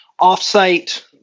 offsite